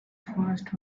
fast